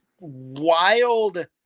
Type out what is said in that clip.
wild